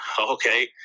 Okay